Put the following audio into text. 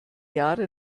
jahre